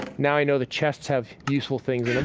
now i know the chests have useful things in